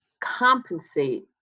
compensate